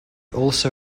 also